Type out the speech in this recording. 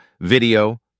video